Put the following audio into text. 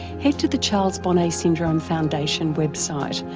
head to the charles bonnet syndrome foundation website,